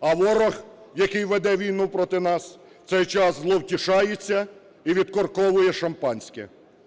А ворог, який веде війну проти нас, в цей час зловтішається і відкорковує шампанське.